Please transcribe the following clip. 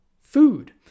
food